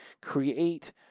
create